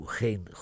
geen